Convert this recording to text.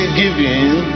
giving